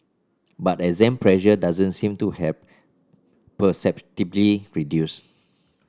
but exam pressure doesn't seem to have perceptibly reduced